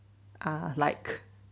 ah like